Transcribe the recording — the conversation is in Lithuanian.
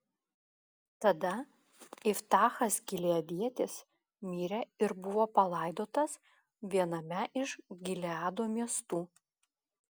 tada iftachas gileadietis mirė ir buvo palaidotas viename iš gileado miestų